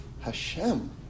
Hashem